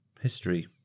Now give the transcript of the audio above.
History